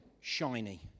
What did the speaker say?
shiny